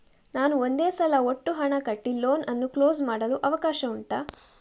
ನಾನು ಒಂದೇ ಸಲ ಒಟ್ಟು ಹಣ ಕಟ್ಟಿ ಲೋನ್ ಅನ್ನು ಕ್ಲೋಸ್ ಮಾಡಲು ಅವಕಾಶ ಉಂಟಾ